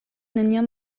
nenia